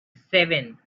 seven